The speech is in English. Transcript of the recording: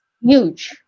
huge